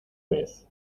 vez